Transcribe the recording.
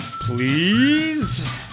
please